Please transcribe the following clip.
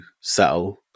settle